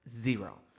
zero